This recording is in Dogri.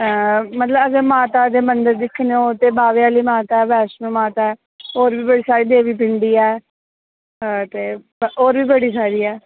मतलब अगर माता दे मंदर दिक्खने होन ते बाह्वे आह्ली माता ऐ वैष्णो माता ऐ होर बी बड़ी सारी देवी पिंडी ऐ अ ते होर बी बड़ी सारी ऐ